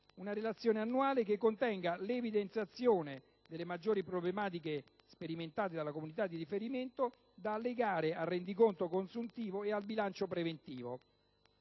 una relazione annuale che contenga l'evidenziazione delle maggiori problematiche sperimentate dalla comunità di riferimento, da allegare al rendiconto consuntivo e al bilancio preventivo.